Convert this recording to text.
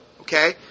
Okay